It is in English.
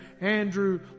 Andrew